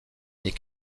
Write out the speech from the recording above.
les